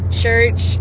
church